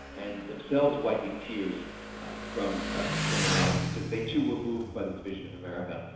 and themselves wiping tears from ah from their eyes, because they too were moved by this vision of america.